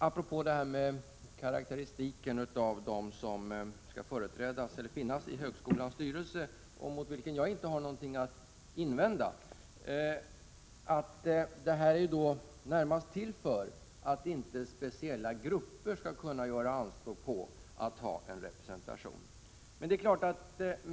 Apropå karakteristiken av dem som skall ingå i högskolans styrelser sade Lars Gustafsson — och jag har ingenting att invända mot det — att den närmast är till för att speciella grupper inte skall kunna göra anspråk på att få representation.